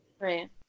Right